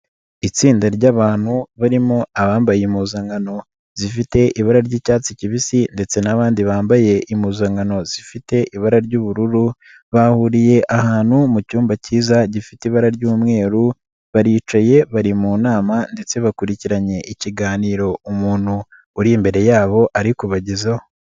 ltsinda ry'abantu barimo abambaye impuzankano, zifite ibara ry'icyatsi kibisi, ndetse n'abandi bambaye impuzankano zifite ibara ry'ubururu, bahuriye ahantu mu cyumba cyiza gifite ibara ry'umweru ,baricaye bari mu nama ,ndetse bakurikiranye ikiganiro umuntu uri imbere yabo ari kubagezaho.